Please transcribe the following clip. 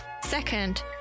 Second